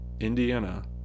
Indiana